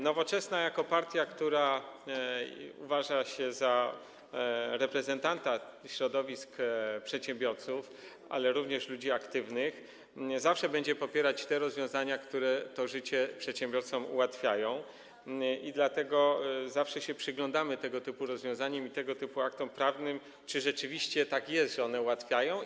Nowoczesna jako partia, która uważa się za reprezentanta środowisk przedsiębiorców, ale również ludzi aktywnych, zawsze będzie popierać te rozwiązania, które życie przedsiębiorcom ułatwiają, i dlatego zawsze tego typu rozwiązaniom i tego typu aktom prawnym się przyglądamy, czy rzeczywiście tak jest, że one je ułatwiają.